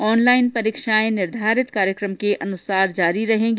online परीक्षाएं निर्धारित कार्यक्रम के अनुसार जारी रहेगी